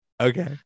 Okay